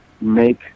make